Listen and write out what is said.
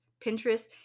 Pinterest